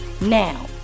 Now